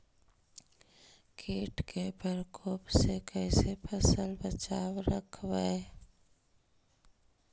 कीट के परकोप से कैसे फसल बचाब रखबय?